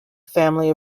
family